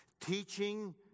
Teaching